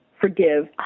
forgive